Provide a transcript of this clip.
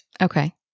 Okay